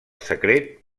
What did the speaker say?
secret